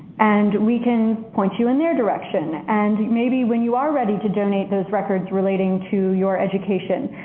and we can point you in their direction. and maybe when you are ready to donate those records relating to your education,